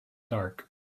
dark